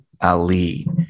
Ali